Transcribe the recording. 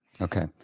Okay